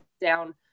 down